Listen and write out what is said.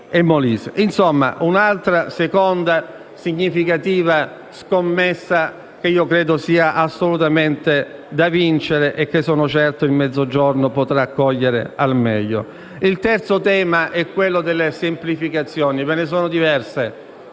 Insomma, un'altra significativa scommessa che credo sia assolutamente da vincere e che sono certo il Mezzogiorno potrà cogliere al meglio. Altro tema è quello delle semplificazioni e ve ne sono diverse